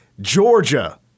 Georgia